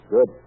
Good